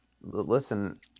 Listen